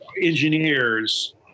engineers